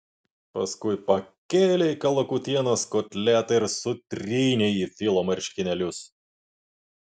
paskui pakėlei kalakutienos kotletą ir sutrynei į filo marškinėlius